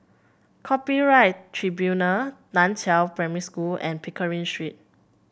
Copyright Tribunal Nan Chiau Primary School and Pickering Street